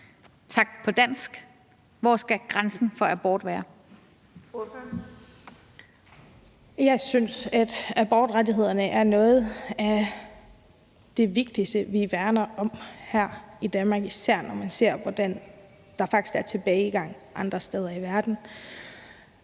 Jeg synes, at abortrettighederne er noget af det vigtigste, vi værner om her i Danmark, især når man ser, hvordan der faktisk er tilbagegang andre steder i verden.